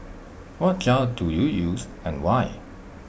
what gel do you use and why